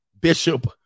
Bishop